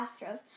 Astros